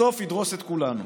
בסוף ידרוס את כולנו.